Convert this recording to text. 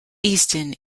easton